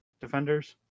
Defenders